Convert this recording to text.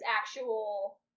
actual